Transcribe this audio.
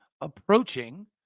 approaching